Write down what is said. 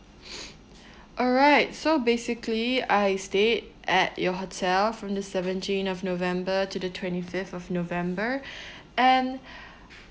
alright so basically I stayed at your hotel from the seventeenth of november to the twenty fifth of november and